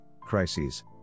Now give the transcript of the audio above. crises